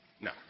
No